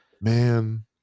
man